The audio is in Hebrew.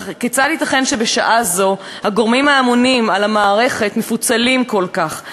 כיצד ייתכן שבשעה זו הגורמים הממונים על המערכת מפוצלים כל כך?